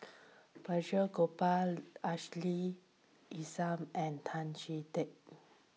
Balraj Gopal Ashley Isham and Tan Chee Teck